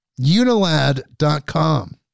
unilad.com